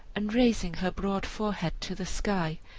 and raising her broad forehead to the sky,